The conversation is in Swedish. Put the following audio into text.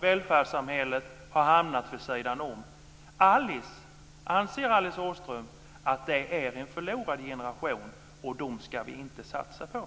välfärdssamhället, har hamnat vid sidan av? Anser Alice Åström att det är en förlorad generation och att vi inte ska satsa på den?